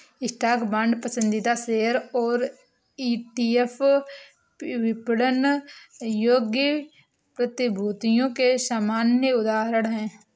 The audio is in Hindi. स्टॉक, बांड, पसंदीदा शेयर और ईटीएफ विपणन योग्य प्रतिभूतियों के सामान्य उदाहरण हैं